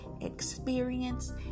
experience